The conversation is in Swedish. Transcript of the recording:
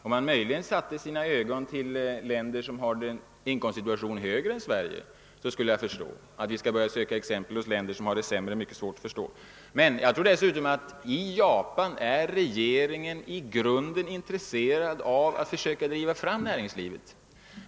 Om man riktade blicken mot länder, där inkomsterna är högre än i Sverige, skulle jag förstå det bättre. Jag tror dessutom att i Japan är regeringen i grunden intresserad av att försöka driva fram näringslivet.